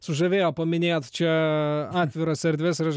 sužavėjo paminėjot čia atviras erdves ir aš